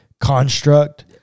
construct